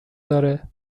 داره